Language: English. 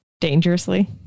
Dangerously